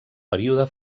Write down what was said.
període